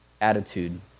attitude